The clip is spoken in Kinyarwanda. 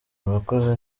murakoze